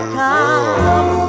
come